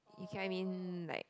you get what I mean like